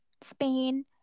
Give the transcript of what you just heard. Spain